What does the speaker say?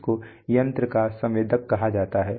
इस को यंत्र का संवेदक कहा जाता है